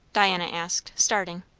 diana asked, starting.